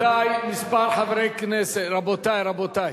מה יש לך מ"כיפת ברזל"?